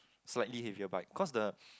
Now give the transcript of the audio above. slightly heavier bike cause the